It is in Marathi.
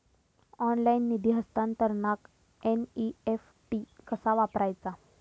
ऑनलाइन निधी हस्तांतरणाक एन.ई.एफ.टी कसा वापरायचा?